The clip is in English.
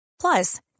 Plus